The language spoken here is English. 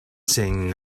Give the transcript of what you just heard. saying